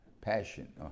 Passion